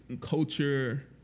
culture